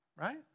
Right